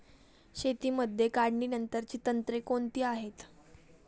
शेतीमध्ये काढणीनंतरची तंत्रे कोणती आहेत?